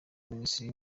minisitiri